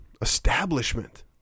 establishment